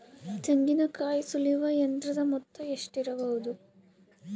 ತೆಂಗಿನಕಾಯಿ ಸುಲಿಯುವ ಯಂತ್ರದ ಮೊತ್ತ ಎಷ್ಟಿರಬಹುದು?